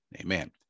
Amen